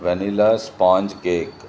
vanilla sponge cake